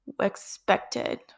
expected